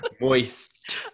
Moist